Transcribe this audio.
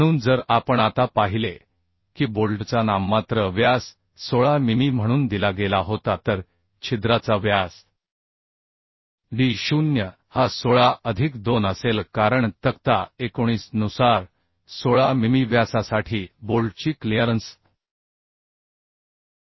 म्हणून जर आपण आता पाहिले की बोल्टचा नाममात्र व्यास 16 मिमी म्हणून दिला गेला होता तर छिद्राचा व्यास d0 हा 16 अधिक 2 असेल कारण तक्ता 19 नुसार 16 मिमी व्यासासाठी बोल्टची क्लिअरन्स तर संपूर्ण व्यास 18 मि